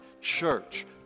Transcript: Church